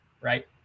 right